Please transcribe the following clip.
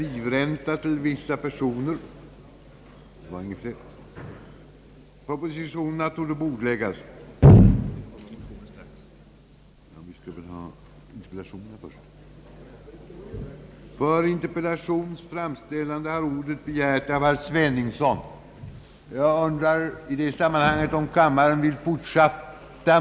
Frågan har tidigare varit föremål för riksdagsbehandling varför jag här kan fatta mig kort.